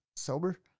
sober